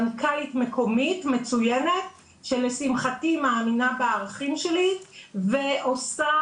מנכ"לית מקומית מצוינת שלשמחתי מאמינה בערכים שלי ועושה